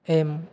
M